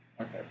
Okay